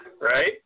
Right